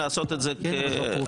לעשות את זה כהבנתה,